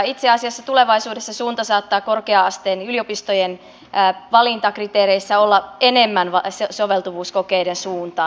itse asiassa tulevaisuudessa suunta saattaa korkea asteen yliopistojen valintakriteereissä olla enemmän soveltuvuuskokeiden suuntaan